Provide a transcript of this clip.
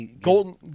golden